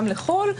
גם לחו"ל.